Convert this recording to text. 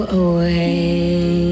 away